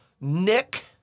Nick